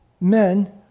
men